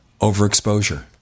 overexposure